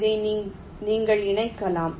இதை நீங்கள் இணைக்கலாம்